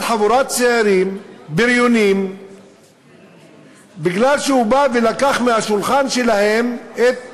חבורת צעירים בריונים מפני שבא ולקח מהשולחן שלהם את המיונז,